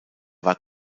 war